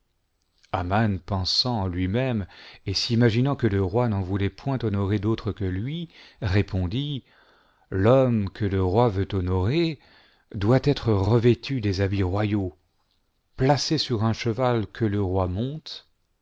pensant en lui-même et s'imaginant que le roi n'en voulait point honorer d'autre que lui répondit l'homme que le roi veut honorer doit être revêtu des habits royaux placé sur le cheval que le roi monte